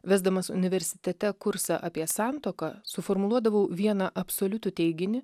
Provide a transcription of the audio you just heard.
vesdamas universitete kursą apie santuoką suformuluodavau vieną absoliutų teiginį